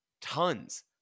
tons